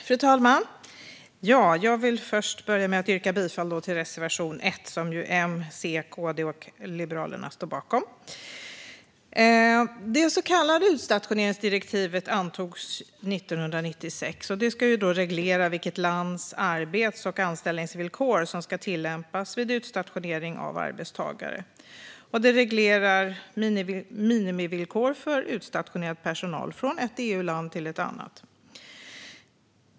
Fru talman! Jag vill börja med att yrka bifall till reservation 1, som M, C, KD och Liberalerna står bakom. Det så kallade utstationeringsdirektivet antogs 1996. Det ska reglera vilket lands arbets och anställningsvillkor som ska tillämpas vid utstationering av arbetstagare. Det reglerar minimivillkor för utstationerad personal, från ett EU-land till ett annat.